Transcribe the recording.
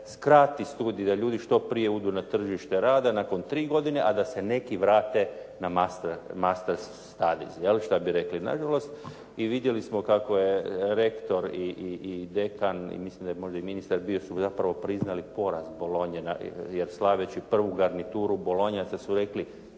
skrati studij, da ljudi što prije odu na tržište rada nakon tri godine, a da se neki vrate na … što bi rekli na žalost, i vidjeli smo kako je rektor i dekan i mislim da je možda i ministar bio, su zapravo priznali poraz Bolonje jer slaveći prvu garnituru bolonjaca su rekli,